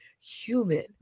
Human